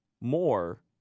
more